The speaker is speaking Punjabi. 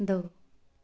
ਦੋ